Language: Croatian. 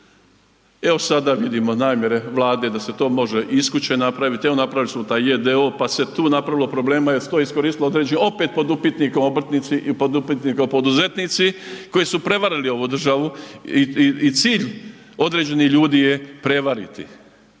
Evo sada vidimo namjere Vlade da se to može iz kuće napraviti, evo napravili su taj JDO pa se tu napravilo problema jer se to iskoristilo … opet pod upitnik obrtnici, pod upitnik poduzetnici koji su prevarili ovu državu i cilj određenih ljudi je prevariti.